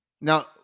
Now